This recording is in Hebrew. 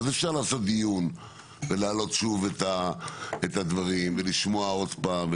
אז אפשר לעשות דיון ולהעלות שוב את הדברים ולשמוע עוד פעם,